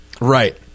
Right